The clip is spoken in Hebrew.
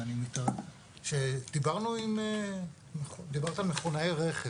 דיברת על מכונאי רכב.